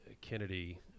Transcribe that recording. Kennedy